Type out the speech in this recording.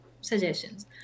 suggestions